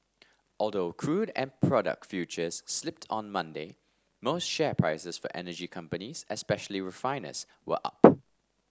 although crude and product futures slipped on Monday most share prices for energy companies especially refiners were up